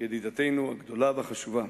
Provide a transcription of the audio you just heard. ידידתנו הגדולה והחשובה.